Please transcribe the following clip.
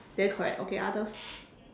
then correct okay others